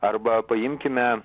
arba paimkime